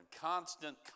constant